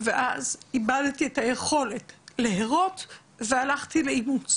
ואז איבדתי את היכולת להרות והלכתי לאימוץ